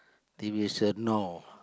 t_v said no